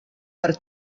per